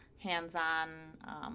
hands-on